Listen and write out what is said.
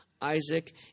Isaac